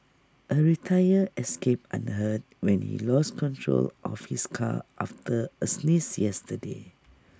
A retire escaped unhurt when he lost control of his car after A sneeze yesterday